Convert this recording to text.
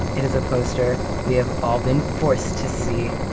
it is a poster we have all been forced to see